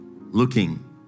Looking